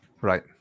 Right